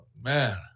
man